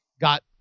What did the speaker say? got